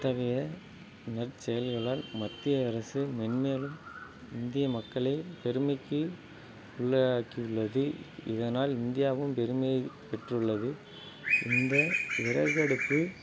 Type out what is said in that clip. இத்தகைய நற்செயல்களால் மத்திய அரசு மென்மேலும் இந்திய மக்களை பெருமைக்கு உள்ளாக்கியுள்ளது இதனால் இந்தியாவும் பெருமைப்பெற்றுள்ளது இந்த விறகடுப்பு